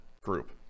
group